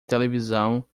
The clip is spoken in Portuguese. televisão